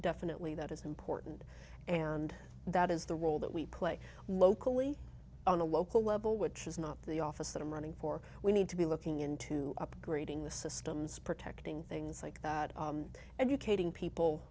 definitely that is important and that is the role that we play locally on the local level which is not the office that i'm running for we need to be looking into upgrading the systems protecting things like that and you creating people